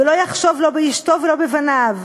ולא יחשוב לא באשתו ולא בבניו,